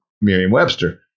Merriam-Webster